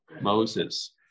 Moses